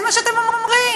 זה מה שאתם אומרים.